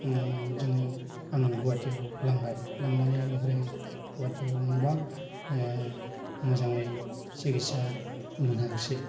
जों आं गुवाहाटियाव लांबाय लांनानै बेनिफ्राय गुवाहाटियाव लांबा मोजाङै सिखिथसा मोनाखिसै